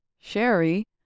Sherry